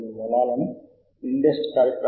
end note యొక్క login screen ఇలా ఉంటుంది